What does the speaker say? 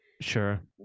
Sure